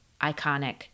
iconic